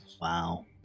Wow